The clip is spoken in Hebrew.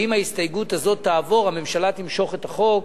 ואם ההסתייגות הזאת תעבור הממשלה תמשוך את החוק,